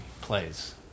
plays